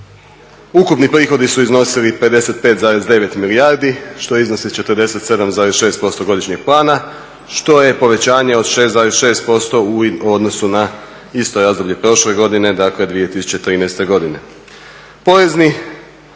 Ukupni prihodi su iznosili 55,9 milijardi što iznosi 47,6% godišnjeg plana, što je povećanje od 6,6% u odnosu na isto razdoblje prošle godine dakle 2013. godine.